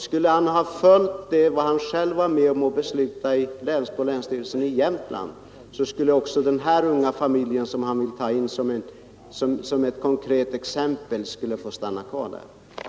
Skulle han ha följt vad han själv har varit med om att besluta i länsstyrelsen i Jämtlands län skulle också den här unga familjen, som han vill ta som konkret exempel, få stanna kvar i Jämtland.